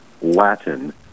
Latin